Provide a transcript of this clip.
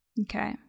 Okay